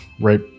right